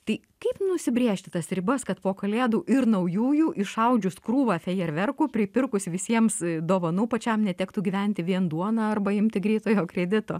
tai kaip nusibrėžti tas ribas kad po kalėdų ir naujųjų iššaudžius krūvą fejerverkų pripirkus visiems dovanų pačiam netektų gyventi vien duona arba imti greitojo kredito